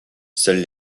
seuls